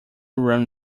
run